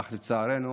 אך לצערנו